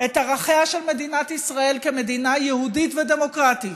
את ערכיה של מדינת ישראל כמדינה יהודית ודמוקרטית